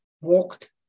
walked